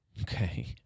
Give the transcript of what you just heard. Okay